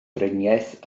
driniaeth